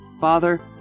Father